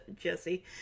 Jesse